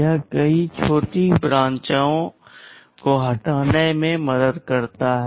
यह कई छोटी ब्रांचओं को हटाने में मदद करता है